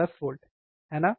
10 volt है ना